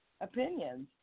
opinions